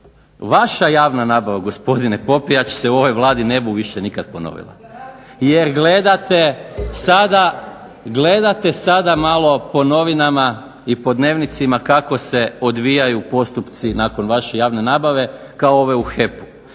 Vaša javna nabava gospodine Popijač se u ovoj Vladi se ne bu više nikad ponovila, jer gledate sada malo po novinama i po dnevnicima kako se odvijaju postupci nakon vaše javne nabave kao ova u HEP-u.